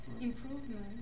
improvement